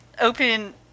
open